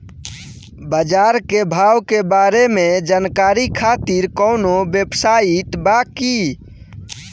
बाजार के भाव के बारे में जानकारी खातिर कवनो वेबसाइट बा की?